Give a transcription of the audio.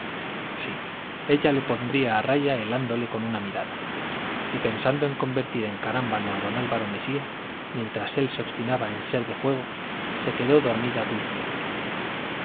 sí ella le pondría a raya helándole con una mirada y pensando en convertir en carámbano a don álvaro mesía mientras él se obstinaba en ser de fuego se quedó dormida dulcemente